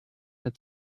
had